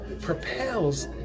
propels